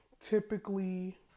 typically